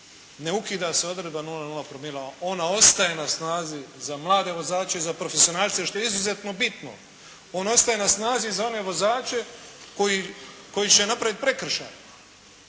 ne ukida se odredba 0,0 promila. Ona ostaje na snazi za mlade vozače i za profesionalce što je izuzetno bitno. On ostaje na snazi za one vozače koji će napraviti prekršaj.